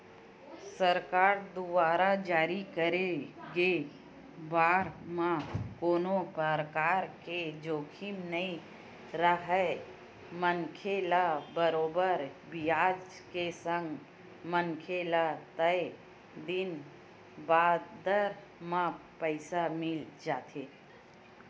सरकार दुवार जारी करे गे बांड म कोनो परकार के जोखिम नइ राहय मनखे ल बरोबर बियाज के संग मनखे ल तय दिन बादर म पइसा मिल जाथे